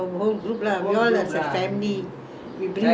we bring the kids very often ah very